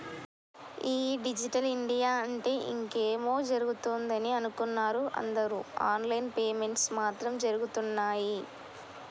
ఈ digital India అంటే ఇంకేమో జరుగుతదని అనుకున్నరు అందరు ఆన్ లైన్ పేమెంట్స్ మాత్రం జరగుతున్నయ్యి